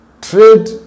trade